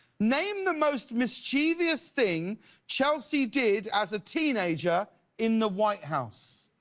name the most mischievous thing chelsea did as a teenager in the white house.